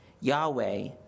Yahweh